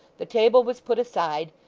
the table was put aside,